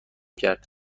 کرد